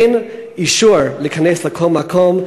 אין אישור להיכנס לכל מקום,